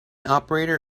operator